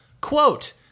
Quote